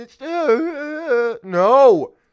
No